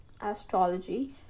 astrology